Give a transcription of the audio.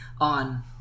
on